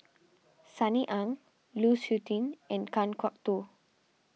Sunny Ang Lu Suitin and Kan Kwok Toh